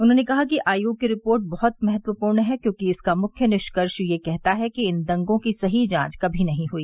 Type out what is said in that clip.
उन्होंने कहा कि आयोग की रिपोर्ट बहुत महत्वपूर्ण है क्योंकि इसका मुख्य निष्कर्ष यह कहता है कि इन दंगों की सही जांच कभी नहीं हुई